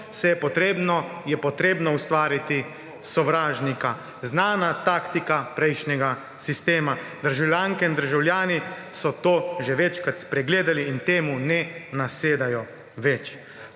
je treba ustvariti sovražnika. Znana taktika prejšnjega sistema. Državljanke in državljani so to že večkrat spregledali in temu ne nasedajo več.